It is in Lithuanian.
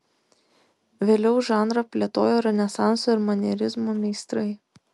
vėliau žanrą plėtojo renesanso ir manierizmo meistrai